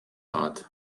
art